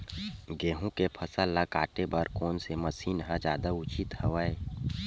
गेहूं के फसल ल काटे बर कोन से मशीन ह जादा उचित हवय?